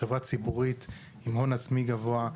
עם הון עצמי גבוה,